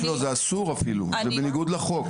ממש לא, זה אסור אפילו, זה בניגוד לחוק.